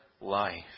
life